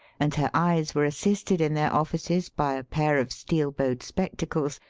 and her eyes were assisted in their offices by a pair of steel-bowed spectacles,